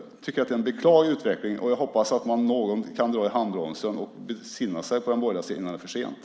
Jag tycker att det är en beklaglig utveckling, och jag hoppas att man kan dra i handbromsen och besinna sig på den borgerliga sidan innan det är för sent.